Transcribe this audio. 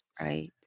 Right